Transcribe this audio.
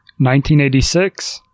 1986